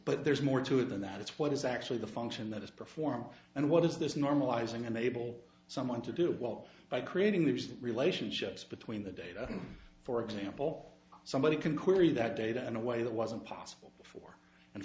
but there's more to it than that it's what is actually the function that is perform and what does this normalizing enable someone to do well by creating these relationships between the data for example somebody can query that data in a way that wasn't possible before and